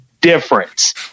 difference